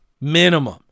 minimum